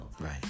right